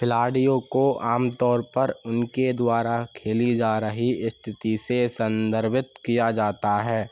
खिलाड़ियों को आमतौर पर उनके द्वारा खेली जा रही स्थिति से संदर्भित किया जाता है